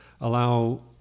allow